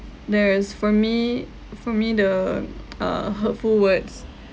then as for me for me the uh hurtful words